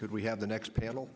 could we have the next panel